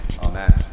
Amen